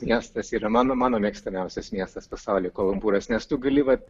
miestas yra mano mano mėgstamiausias miestas pasaulyje kvala lumpūras nes tu gali vat